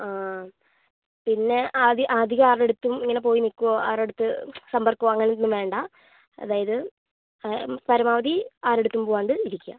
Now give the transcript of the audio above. ആ പിന്നെ അധികം ആരുടെ അടുത്തും ഇങ്ങനെ പോയി നിൽക്കുകയോ ആരുടെ അടുത്തും സമ്പർക്കമോ അങ്ങനെയൊന്നും വേണ്ട അതായത് പരമാവധി ആരുടെ അടുത്തും പോവാതെ ഇരിക്കുക